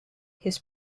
his